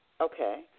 Okay